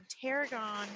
tarragon